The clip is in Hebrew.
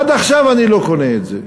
עד עכשיו אני לא קונה את זה.